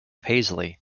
paisley